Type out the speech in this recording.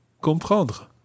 comprendre